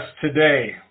today